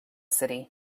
city